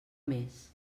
més